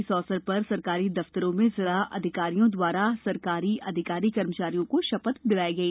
इस अवसर पर सरकारी दफ्तरों में जिला अधिकारियों द्वारा सरकारी अधिकारी कर्मचारियों को शपथ दिलाई गई